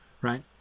right